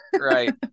Right